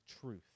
truth